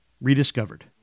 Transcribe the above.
rediscovered